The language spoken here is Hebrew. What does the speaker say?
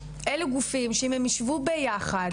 אלו גופים שאם הם יישבו ביחד,